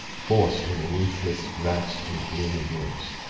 forc'd in the ruthless, vast, and gloomy woods?